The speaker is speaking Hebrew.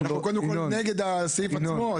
אנחנו נגד הסעיף עצמו,